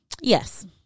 Yes